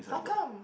how come